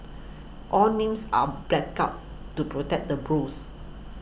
all names are blacked out to protect the bros